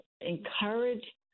encourage